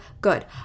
good